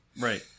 Right